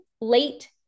late